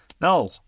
No